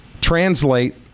translate